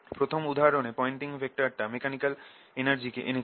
প্রথম উদাহরণে পয়েন্টিং ভেক্টরটা মেকানিকাল এনার্জিকে এনেছিল